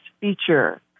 feature